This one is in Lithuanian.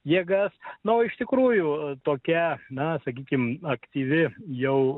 jėgas na o iš tikrųjų tokia na sakykim aktyvi jau